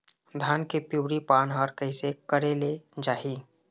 धान के पिवरी पान हर कइसे करेले जाही?